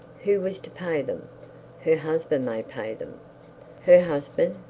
who was to pay them her husband may pay them her husband!